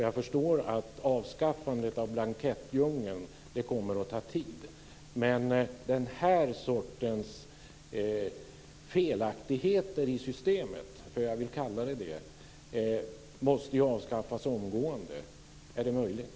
Jag förstår att ett avskaffande av blankettdjungeln kommer att ta tid. Men den här sortens felaktigheter i systemet - jag vill kalla det så - måste ju avskaffas omgående. Är det möjligt?